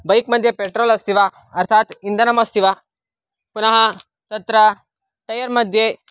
bike मध्ये petrol अस्ति वा अर्थात् इन्धनमस्ति वा पुनः तत्र टयर् मध्ये